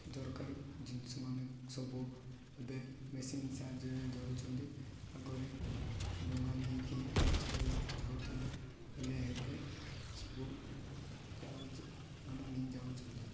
ଦରକାର ଜିନିଷମାନେ ସବୁ ଏବେ ମେସିନ୍ ସାହାଯ୍ୟରେ ଧରୁଛନ୍ତି ଆଗରେ ଡଙ୍ଗା ନେଇକି ମାଛ ଧରିବାକୁ ଯାଉଥିଲେ ହେଲେ ହେବେ ସବୁ ଚାର୍ଜ ମାନେ ନେଇ ଯାଉଛନ୍ତି